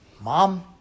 mom